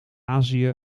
azië